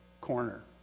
corner